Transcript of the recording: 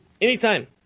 Anytime